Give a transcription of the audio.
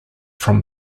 from